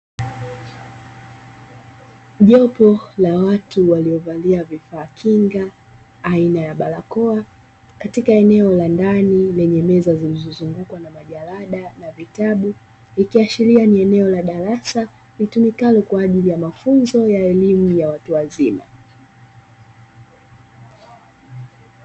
Jopo la watu waliovalia vifaa kinga aina ya barakoa, katika eneo la ndani, lenye meza zilizozungukwa na majalada na vitabu, likiashiria ni eneo la darasa litumikalo kwa ajili ya mafunzo ya elimu ya watu wazima.